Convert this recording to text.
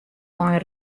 ein